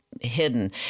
hidden